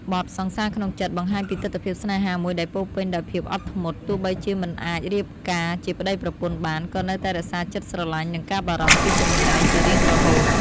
បទ "សង្សារក្នុងចិត្ត" បង្ហាញពីទិដ្ឋភាពស្នេហាមួយដែលពោរពេញដោយភាពអត់ធ្មត់ ទោះបីជាមិនអាចរៀបការជាប្តីប្រពន្ធបាន ក៏នៅតែរក្សាចិត្តស្រឡាញ់ និងការបារម្ភពីចម្ងាយជារៀងរហូត។